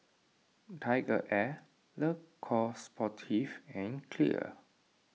TigerAir Le Coq Sportif and Clear